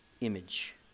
image